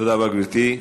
תודה רבה, גברתי.